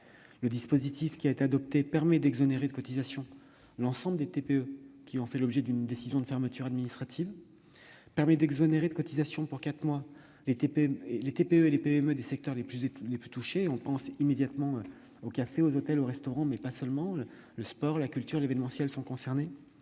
Le dispositif qui a été adopté permet ainsi d'exonérer l'ensemble des TPE ayant fait l'objet d'une décision de fermeture administrative, ainsi que, pour quatre mois, les TPE et les PME des secteurs les plus touchés- on pense immédiatement aux cafés, aux hôtels ou aux restaurants, mais pas seulement : le sport, la culture, l'événementiel sont concernés.